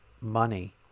money